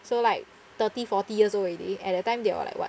so like thirty forty years old already at that time they are like what